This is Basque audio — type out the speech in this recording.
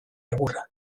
egurra